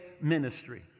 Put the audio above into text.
ministry